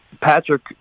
Patrick